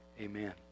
Amen